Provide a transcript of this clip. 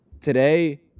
today